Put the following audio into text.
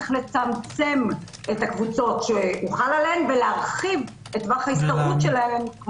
צריך לצמצם את הקבוצות שהוא חל עליהן ולהרחיב את טווח ההשתרעות שלהן,